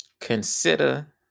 Consider